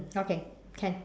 okay can